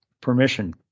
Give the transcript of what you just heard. permission